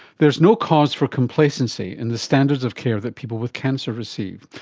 there is no cause for complacency in the standards of care that people with cancer receive.